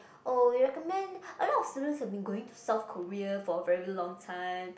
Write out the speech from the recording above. oh we recommend a lot of students have been going to South Korea for a very long time